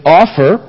offer